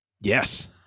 Yes